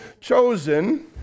Chosen